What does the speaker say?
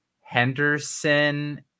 henderson